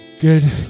good